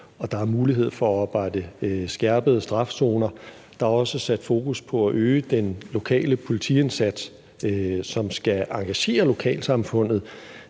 og der er mulighed for at oprette skærpede straf-zoner. Der er også sat fokus på at øge den lokale politiindsats, som skal engagere lokalsamfundet